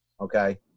Okay